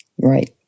Right